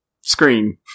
screen